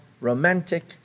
romantic